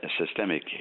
systemic